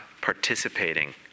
participating